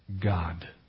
God